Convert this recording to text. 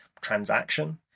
transaction